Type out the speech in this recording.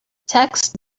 text